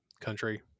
country